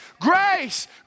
grace